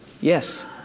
yes